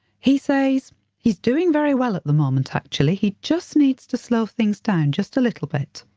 he says he's doing very well at the moment actually. he just needs to slow things down, just a little bit'.